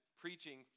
preaching